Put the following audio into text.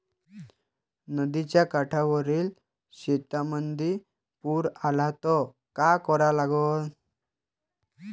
नदीच्या काठावरील शेतीमंदी पूर आला त का करा लागन?